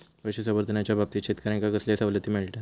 पशुसंवर्धनाच्याबाबतीत शेतकऱ्यांका कसले सवलती मिळतत?